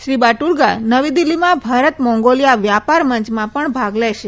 Shri Battulga નવી દિલ્હીમાં Bharat Mongolia વ્યાપાર મંચમાં ભાગ લેશે